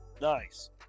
nice